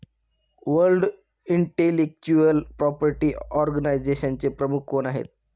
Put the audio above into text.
World intellectual property ऑर्गनायझेशनचे प्रमुख कोण आहेत?